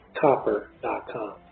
copper.com